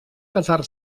casar